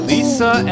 Lisa